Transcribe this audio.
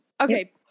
Okay